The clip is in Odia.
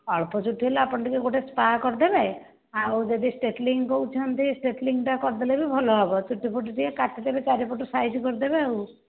ଅଳ୍ପ ଚୁଟି ହେଲେ ଆପଣ ଟିକେ ଗୋଟିଏ ସ୍ପା କରିଦେବେ ଆଉ ଯଦି ଷ୍ଟ୍ରେଟନିଙ୍ଗ କହୁଛନ୍ତି ଷ୍ଟ୍ରେଟନିଙ୍ଗଟା କରିଦେଲେ ବି ଭଲ ହେବ ଚୁଟି ଫୁଟି ଟିକେ କାଟିଦେବେ ଚାରି ପଟୁ ସାଇଜ୍ କରିଦେବେ ଆଉ